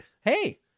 Hey